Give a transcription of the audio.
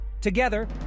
Together